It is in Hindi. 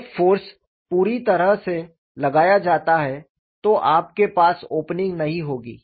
जब फ़ोर्स पूरी तरह से लगाया जाता है तो आपके पास ओपनिंग नहीं होगी